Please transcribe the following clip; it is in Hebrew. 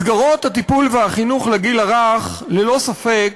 מסגרות הטיפול והחינוך לגיל הרך הן ללא ספק